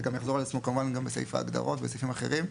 וזה גם יחזור על עצמו כמובן בסעיף ההגדרות ובסעיפים אחרים.